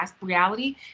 reality